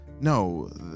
No